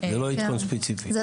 זה לא עדכון ספציפי.